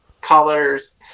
Colors